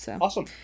Awesome